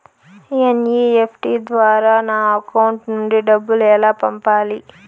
NEFT ద్వారా నా account నుండి డబ్బులు ఎలా పంపాలి